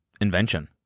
invention